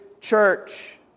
church